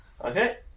Okay